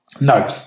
No